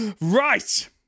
right